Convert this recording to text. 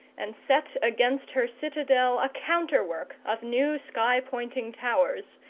and set against her citadel a counterwork of new sky-pointing towers,